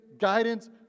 guidance